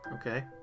Okay